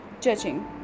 judging